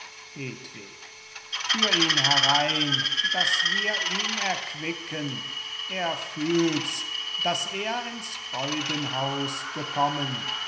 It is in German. führ in herein damit wir ihn erquicken er fühl's dass er ins freudenhaus gekommen